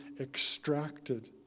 extracted